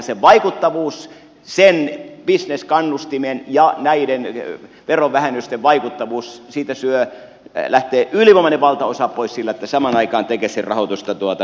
elikkä siitä vaikuttavuudesta sen bisneskannustimen ja näiden verovähennysten vaikuttavuudesta lähtee ylivoimainen valtaosa pois sillä että samaan aikaan tekesin rahoitusta leikataan